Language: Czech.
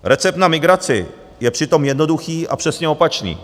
Recept na migraci je přitom jednoduchý a přesně opačný.